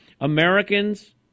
Americans